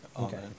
Okay